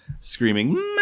screaming